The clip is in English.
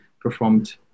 performed